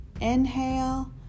inhale